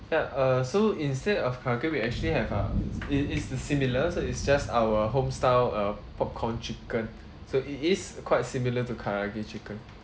yup uh so instead of karaage we actually have a it it's the similar so it's just our homestyled uh popcorn chicken so it is quite similar to karaage chicken